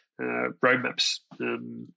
roadmaps